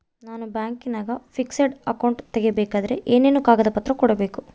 ನಾನು ಬ್ಯಾಂಕಿನಾಗ fixed account ತೆರಿಬೇಕಾದರೆ ಏನೇನು ಕಾಗದ ಪತ್ರ ಕೊಡ್ಬೇಕು?